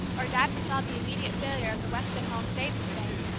or dad foresaw the immediate failure of the weston home savings bank,